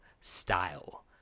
style